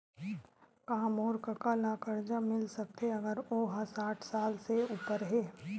का मोर कका ला कर्जा मिल सकथे अगर ओ हा साठ साल से उपर हे?